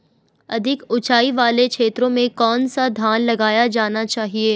अधिक उँचाई वाले क्षेत्रों में कौन सा धान लगाया जाना चाहिए?